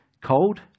Cold